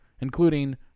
Including